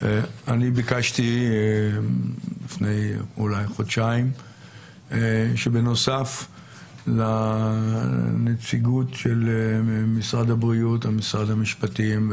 אני ביקשתי לפני חודשיים שבנוסף לנציגות של משרד הבריאות ומשרד המשפטים,